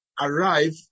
arrive